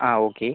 ആ ഓക്കെ